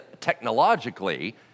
technologically